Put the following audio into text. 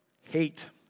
hate